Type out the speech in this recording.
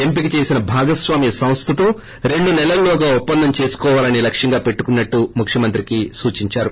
ఎంపిక చేసిన భాగస్వామ్య సంస్వతో రెండు సెలల్లోగా ఒప్పందం చేసుకోవాలని లక్ష్యంగా పెట్టుకున్నట్టు ముఖ్యమంత్రికి సూచించారు